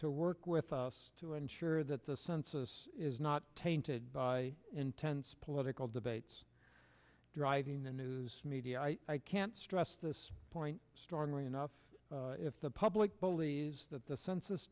to work with us to ensure that the census is not tainted by intense political debates driving the news media i can't stress this point strongly enough if the public believes that the census